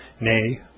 nay